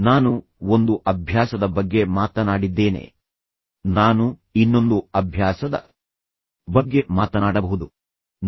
ನಾನು ಒಂದು ಅಭ್ಯಾಸದ ಬಗ್ಗೆ ಮಾತನಾಡಿದ್ದೇನೆ ನಾನು ಇನ್ನೊಂದು ಅಭ್ಯಾಸದ ಬಗ್ಗೆ ಮಾತನಾಡಬಹುದು ಆದರೆ ಸಮಾನವಾಗಿ ಮುಖ್ಯವಾದ ಇತರ ಅಭ್ಯಾಸಗಳನ್ನು ಓದಲು ನಾನು ನಿಮಗೆ ಬಿಡುತ್ತೇನೆ ಮತ್ತು ನಾನು ಆ ಅಭ್ಯಾಸಗಳನ್ನು ಸಂಕ್ಷಿಪ್ತವಾಗಿ ಹೇಳುತ್ತೇನೆ